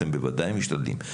אתם בוודאי משתדלים.